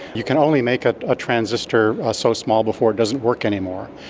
you can only make a ah transistor ah so small before it doesn't work anymore.